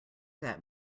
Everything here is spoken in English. that